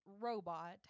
robot